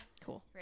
Cool